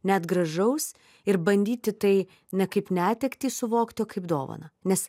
net gražaus ir bandyti tai ne kaip netektį suvokti o kaip dovaną nes